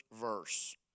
verse